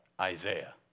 Isaiah